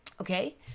Okay